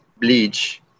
bleach